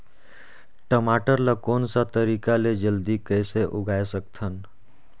टमाटर ला कोन सा तरीका ले जल्दी कइसे उगाय सकथन?